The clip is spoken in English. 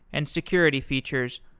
and security features,